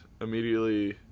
immediately